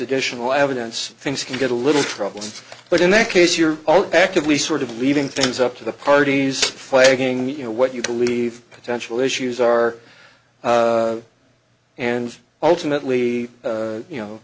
additional evidence things can get a little troubling but in that case you're all actively sort of leaving things up to the parties fighting you know what you believe potential issues are and ultimately you know